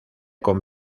con